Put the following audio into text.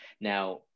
Now